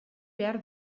behar